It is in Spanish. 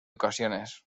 ocasiones